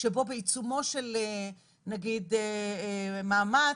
שבו בעיצומו של נגיד מאמץ,